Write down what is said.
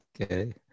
okay